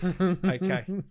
Okay